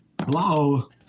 Hello